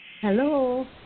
Hello